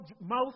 mouth